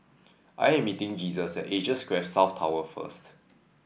I am meeting Jesus at Asia Square South Tower first